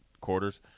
quarters